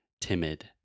timid